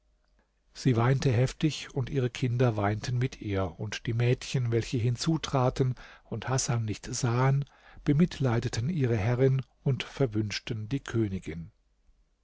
sie weinte heftig und ihre kinder weinten mit ihr und die mädchen welche hinzutraten und hasan nicht sahen bemitleideten ihre herrin und verwünschten die königin